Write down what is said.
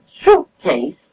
suitcase